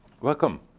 Welcome